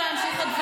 לשיר?